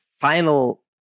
final